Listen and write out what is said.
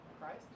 Christ